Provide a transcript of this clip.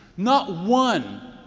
not one